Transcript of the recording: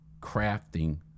crafting